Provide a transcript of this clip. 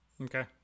okay